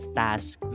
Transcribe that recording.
task